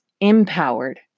empowered